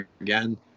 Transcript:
again